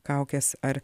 kaukes ar